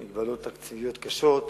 עם מוגבלויות תקציביות קשות.